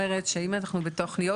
שזה שטח מאוד מאוד גדול,